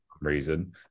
Reason